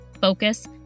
focus